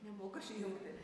nemoku aš įjungti